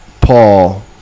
Paul